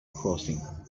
crossing